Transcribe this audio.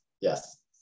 Yes